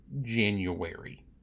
January